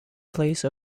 place